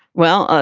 well,